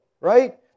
right